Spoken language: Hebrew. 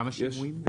כמה שימועים?